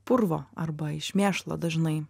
purvo arba iš mėšlo dažnai